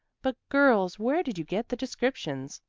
but girls, where did you get the descriptions?